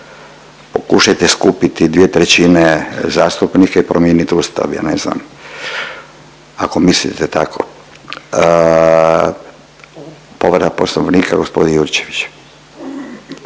pokušajte skupiti dvije trećine zastupnika i promijeniti Ustav, ja ne znam ako mislite tako. Povreda poslovnika g. Jurčević.